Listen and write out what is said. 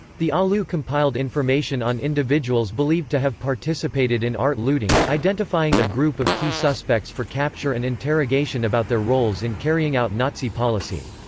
the aliu compiled information on individuals believed to have participated in art looting, identifying a group of key suspects for capture and interrogation about their roles in carrying out nazi policy.